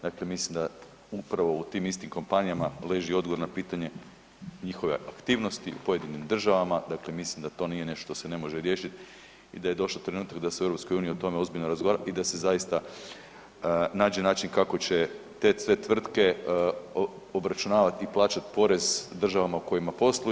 Dakle, mislim da upravo u tim istim kompanijama leži odgovor na pitanje njihove aktivnosti u pojedinim državama, dakle mislim da to nije nešto što se ne može riješit i da je došao trenutak da se u EU o tome ozbiljno razgovara i da se zaista nađe način kako će sve te tvrtke obračunavat i plaćat porez državama u kojima posluju.